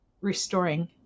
restoring